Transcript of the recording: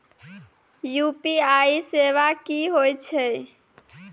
UPI सेवा की होय छै?